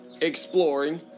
exploring